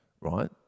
right